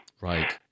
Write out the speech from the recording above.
Right